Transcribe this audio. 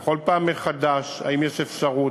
בכל פעם מחדש: האם יש אפשרות?